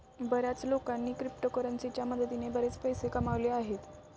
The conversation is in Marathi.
बर्याच लोकांनी क्रिप्टोकरन्सीच्या मदतीने बरेच पैसे कमावले आहेत